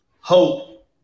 Hope